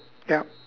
yup